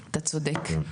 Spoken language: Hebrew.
אתה צודק.